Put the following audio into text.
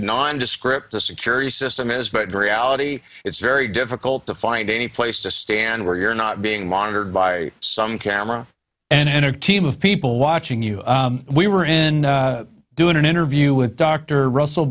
nondescript the security system is but reality it's very difficult to find a place to stand where you're not being monitored by some camera and a team of people watching you we were in doing an interview with dr russell